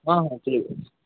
ହଁ ହଁ ଠିକ୍ ଅଛି